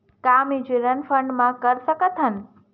का mutual fund म कर सकत हन?